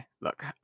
Look